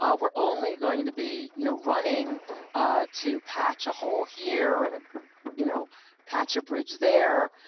ah we're only going to be you know running to patch a whole here, and um you know patch a bridge there,